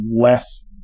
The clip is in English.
less